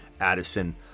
Addison